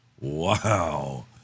Wow